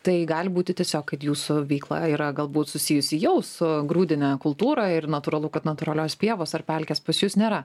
tai gali būti tiesiog kad jūsų veikla yra galbūt susijusi jau su grūdine kultūra ir natūralu kad natūralios pievos ar pelkės pas jus nėra